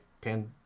Pan